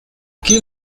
que